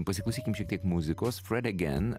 pasiklausykim šiek tiek muzikos fred agen